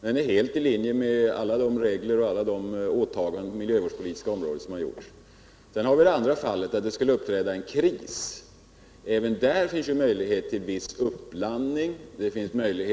Den är helt i linje med alla åtaganden på det miljövårdspolitiska området som har gjorts. Sedan har vi det andra fallet, att det skulle uppstå en kris. Även då finns det en viss möjlighet till uppblandning och avsvavling.